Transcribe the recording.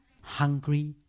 Hungry